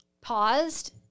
paused